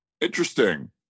Interesting